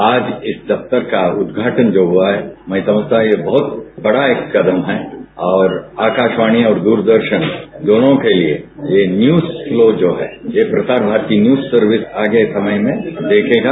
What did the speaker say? आज इस दफ्तर का उद्घाटन जो हुआ है मैं समझता हूं एक बहुत बड़ा ये कदम है और आकाशवाणी और दूरदर्शन दोनों के लिए ये न्यूज फ्लो जो है ये प्रसार भारती न्यूज सर्विस आगे समय में देखेगा